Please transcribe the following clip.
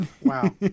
wow